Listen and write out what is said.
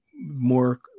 more